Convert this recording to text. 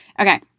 Okay